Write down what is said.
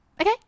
Okay